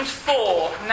Four